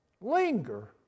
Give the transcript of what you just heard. Linger